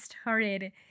started